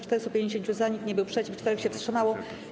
450 - za, nikt nie był przeciw, 4 się wstrzymało.